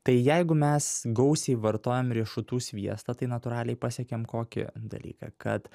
tai jeigu mes gausiai vartojam riešutų sviestą tai natūraliai pasiekiam kokį dalyką kad